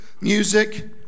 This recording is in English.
music